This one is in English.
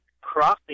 crossing